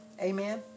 amen